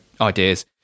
ideas